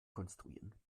konstruieren